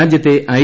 രാജ്യത്തെ ഐ